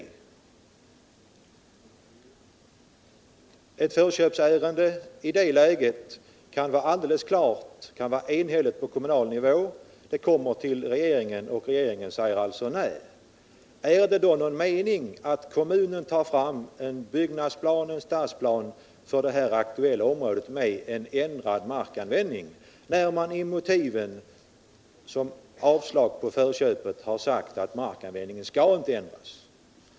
Det kan på kommunal nivå råda full enighet i ett förköpsärende, varefter det kommer till regeringen som säger nej. Är det någon mening med att kommunen tar fram en byggnadsplan eller en stadsplan med en ändring av markanvänd ningen, då avslag på förköpet har motiverats med att markanvändningen inte skall ändras?